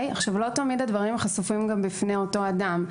לא תמיד הדברים חשופים גם בפני אותו אדם.